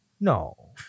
no